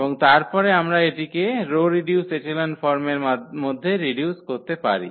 এবং তারপরে আমরা এটিকে রো রিডিউস এচেলন ফর্মের মধ্যে রিডিউস করতে পারি